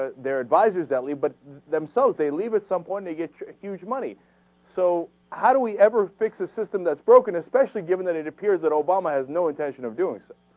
ah their advisers delhi but themselves they leave at some point to get your huge money so how do we ever fix a system that's broken especially given that it appears that all bomber has no intention of doing so